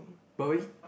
but we